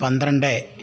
പന്ത്രണ്ട്